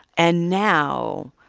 and now,